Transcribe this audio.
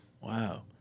Wow